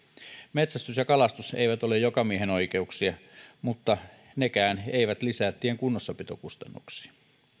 metsästys ja kalastus eivät ole jokamiehenoikeuksia mutta nekään eivät lisää tien kunnossapitokustannuksia